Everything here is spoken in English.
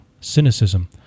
cynicism